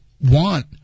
want